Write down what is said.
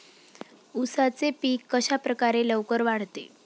उसाचे पीक कशाप्रकारे लवकर वाढते?